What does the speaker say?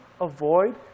avoid